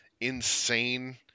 insane